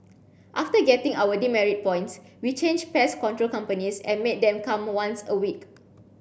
after getting our demerit points we changed pest control companies and made them come once a week